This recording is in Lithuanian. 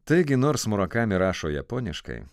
taigi nors murakami rašo japoniškai